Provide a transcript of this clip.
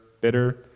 bitter